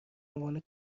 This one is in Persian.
عنوان